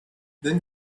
then